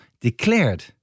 declared